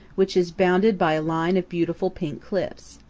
which is bounded by a line of beautiful pink cliffs.